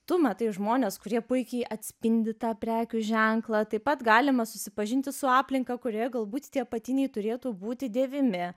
tu matai žmones kurie puikiai atspindi tą prekių ženklą taip pat galima susipažinti su aplinka kurioje galbūt tie apatiniai turėtų būti dėvimi